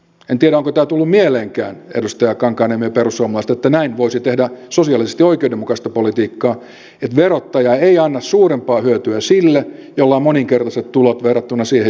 en tiedä onko tämä tullut mieleenkään edustaja kankaanniemelle ja perussuomalaisille että näin voisi tehdä sosiaalisesti oikeudenmukaista politiikkaa että verottaja ei anna suurempaa hyötyä sille jolla on moninkertaiset tulot verrattuna siihen joka on pienituloinen